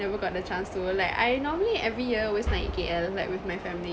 never got the chance to like I normally every year always naik K_L like with my family